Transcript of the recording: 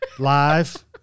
Live